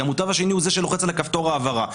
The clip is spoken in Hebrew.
כי המוטב השני הוא זה שלוחץ על כפתור ההעברה.